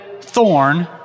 thorn